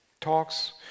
talks